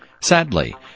Sadly